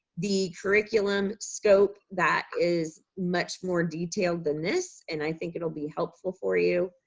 the curriculum scope that is much more detailed than this and i think it'll be helpful for you.